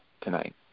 tonight